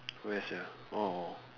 where sia orh orh